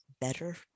better